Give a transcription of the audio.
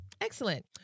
excellent